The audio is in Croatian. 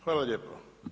Hvala lijepo.